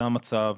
זה המצב,